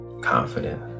confident